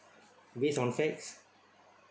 based on facts